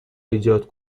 ایجاد